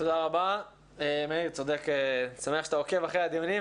איך ילד במערכת החינוך או איך סתם אנשים במדינה יזכרו את האדם.